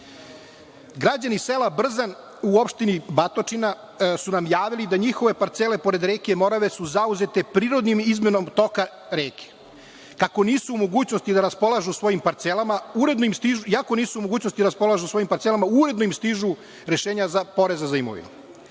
sela Brzan u opštini Batočina su nam javili da njihove parcele pored reke Morave su zauzete prirodnom izmenom toka reke. Kako nisu u mogućnosti da raspolažu svojim parcelama, uredno im stižu rešenja poreza za imovinu.